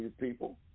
people